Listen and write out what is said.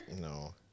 No